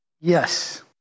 Yes